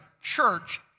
church